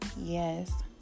yes